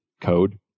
code